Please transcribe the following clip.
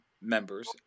members